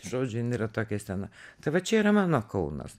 žodžiu jin yra tokia sena tai va čia yra mano kaunas